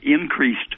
increased